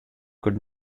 could